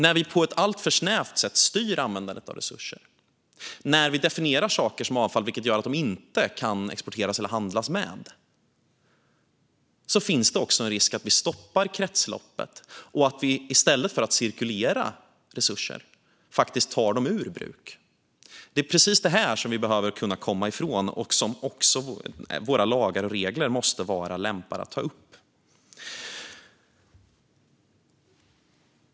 När vi på ett alltför snävt sätt styr användandet av resurser, och när vi definierar saker som avfall, vilket gör att de inte kan exporteras eller handlas med, finns det också en risk att vi stoppar kretsloppet och att vi i stället för att cirkulera resurser faktiskt tar dem ur bruk. Det är precis det här som vi behöver kunna komma ifrån och som våra lagar och regler också måste vara lämpade att ta upp.